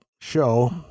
show